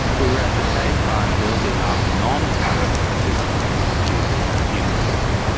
we were at the same time building up non-tariff assistance to this industry.